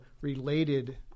related